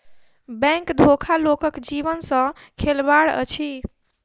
bank धोखा लोकक जीवन सॅ खेलबाड़ अछि